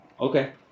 Okay